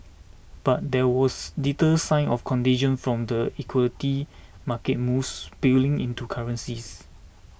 but there was little sign of contagion from the equity market moves spilling into currencies